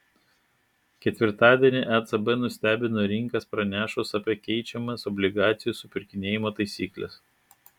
ketvirtadienį ecb nustebino rinkas pranešus apie keičiamas obligacijų supirkinėjimo taisykles